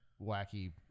wacky